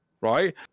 right